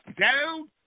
down